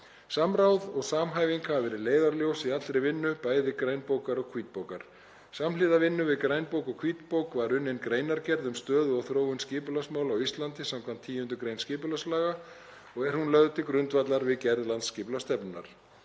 Samráð og samhæfing hafa verið leiðarljós í allri vinnu, bæði grænbókar og hvítbókar. Samhliða vinnu við grænbók og hvítbók var unnin greinargerð um stöðu og þróun skipulagsmála á Íslandi samkvæmt 10. gr. skipulagslaga og er hún lögð til grundvallar við gerð landsskipulagsstefnu.